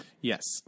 Yes